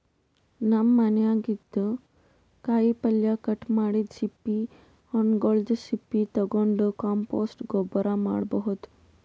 ನಮ್ ಮನ್ಯಾಗಿನ್ದ್ ಕಾಯಿಪಲ್ಯ ಕಟ್ ಮಾಡಿದ್ದ್ ಸಿಪ್ಪಿ ಹಣ್ಣ್ಗೊಲ್ದ್ ಸಪ್ಪಿ ತಗೊಂಡ್ ಕಾಂಪೋಸ್ಟ್ ಗೊಬ್ಬರ್ ಮಾಡ್ಭೌದು